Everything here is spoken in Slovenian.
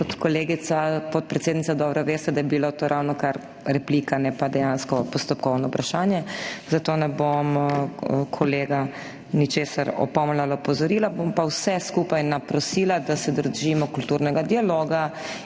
kot kolegica podpredsednica dobro veste, da je bila to ravnokar replika, ne pa dejansko postopkovno vprašanje. Zato ne bom kolega ničesar opomnila ali opozorila, bom pa vse skupaj naprosila, da se držimo kulturnega dialoga